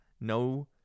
no